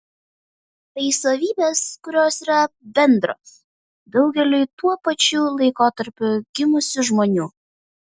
tai savybės kurios yra bendros daugeliui tuo pačiu laikotarpiu gimusių žmonių